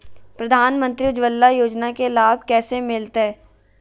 प्रधानमंत्री उज्वला योजना के लाभ कैसे मैलतैय?